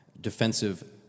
defensive